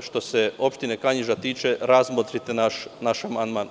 što se opštine Kanjiža tiče, razmotrite naš amandman.